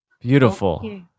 Beautiful